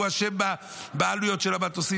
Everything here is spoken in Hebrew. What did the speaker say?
הוא אשם בעלויות של המטוסים.